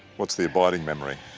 what's the abiding memory